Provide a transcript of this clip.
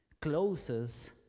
closes